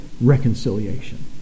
reconciliation